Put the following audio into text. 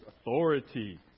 authority